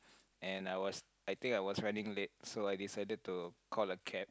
and I was I think I was running late so I decided to call a cab